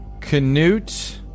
Canute